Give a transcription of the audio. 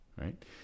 right